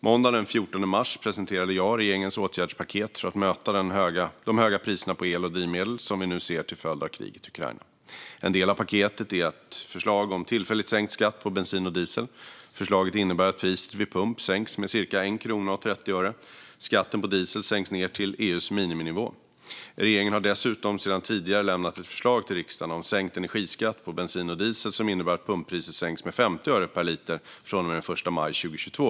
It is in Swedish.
Måndagen den 14 mars presenterade jag regeringens åtgärdspaket för att möta de höga priserna på el och drivmedel, som vi nu ser till följd av kriget i Ukraina. En del av paketet är ett förslag om tillfälligt sänkt skatt på bensin och diesel. Förslaget innebär att priset vid pump sänks med cirka 1 krona och 30 öre. Skatten på diesel sänks till EU:s miniminivå. Regeringen har dessutom sedan tidigare lämnat ett förslag till riksdagen om sänkt energiskatt på bensin och diesel som innebär att pumppriset sänks med 50 öre per liter från den 1 maj 2022.